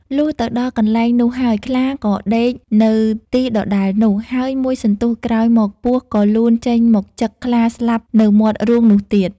លុះទៅដល់កន្លែងនោះហើយ ខ្លាក៏ដេកនៅទីដដែលនោះ ហើយមួយសន្ទុះក្រោយមកពស់ ក៏លូនចេញមកចឹកខ្លាស្លាប់នៅមាត់រូងនោះទៀត។